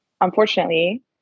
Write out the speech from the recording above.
unfortunately